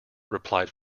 replied